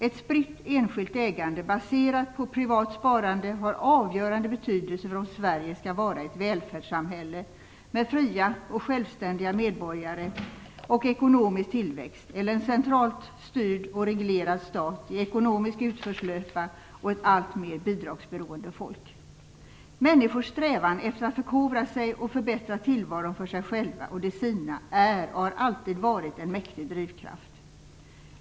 Ett spritt enskilt ägande baserat på privat sparande har avgörande betydelse för om Sverige skall vara ett välfärdssamhälle med fria och självständiga medborgare och ekonomisk tillväxt eller en centralt styrd och reglerad stat i ekonomisk utförslöpa och ett alltmer bidragsberoende folk. Människors strävan efter att förkovra sig och förbättra tillvaron för sig själva och de sina är och har alltid varit en mäktig drivkraft.